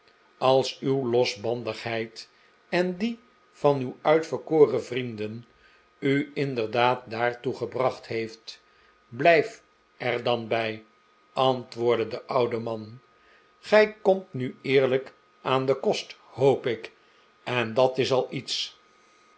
als uw losbandigheid en die van uw uitverkoren vrienden u inderdaad daartoe gebracht heeft blijf er dan bij antwoordde de oude man gij komt nu eerlijk aan den kost hoop ik en dat is al iets